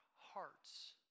hearts